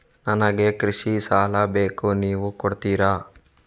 ನನಗೆ ಕೃಷಿ ಸಾಲ ಬೇಕು ನೀವು ಕೊಡ್ತೀರಾ?